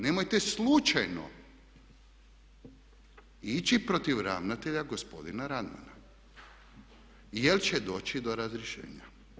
Nemojte slučajno ići protiv ravnatelja gospodina Radmana, jer će doći do razrješenja.